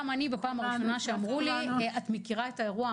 גם אני בפעם הראשונה שאמרו לי: את מכירה את האירוע?